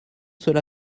cela